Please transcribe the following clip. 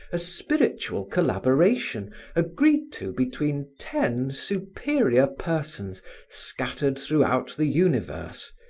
a spiritual collaboration agreed to between ten superior persons scattered throughout the universe,